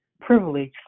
privilege